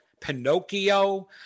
pinocchio